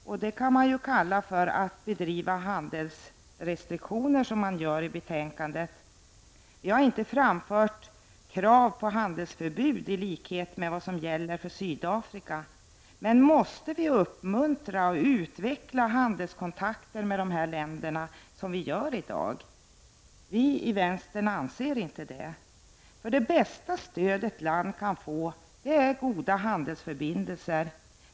Och det kan man ju kalla handelsrestriktioner, vilket görs i betänkandet. Vi i vänsterpartiet har inte framfört krav på handelsförbud i likhet med vad som gäller för Sydafrika, men måste Sverige uppmuntra och utveckla handelskontakter med dessa länder på det sätt som görs i dag? Vi i vänsterpartiet anser inte det. Det bästa stödet ett land kan få är goda handelsförbindelser.